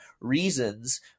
reasons